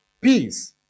peace